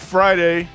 Friday